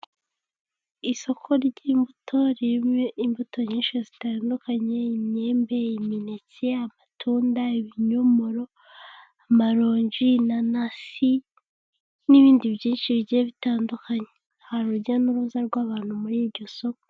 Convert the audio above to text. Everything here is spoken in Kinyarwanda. Isoko ry'imbuto ririmo imbuto nyinshi zitandukanye imyembe, imineke amatunda ibinyomoro, amaronji, inanasi n'ibindi byinshi bigiye bitandukanye, hari urujya n'uruza rw'abantu muri iryo soko.